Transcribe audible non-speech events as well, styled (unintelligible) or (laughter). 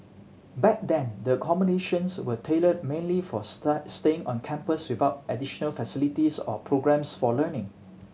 back then the accommodations were tailored mainly for (unintelligible) staying on campus without additional facilities or programmes for learning